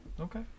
Okay